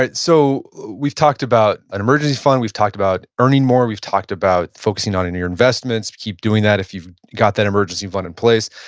so we've talked about an emergency fund, we've talked about earning more, we've talked about focusing on in your investments, keep doing that if you've got that emergency fund in place.